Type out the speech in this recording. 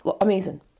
amazing